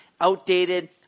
outdated